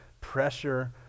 pressure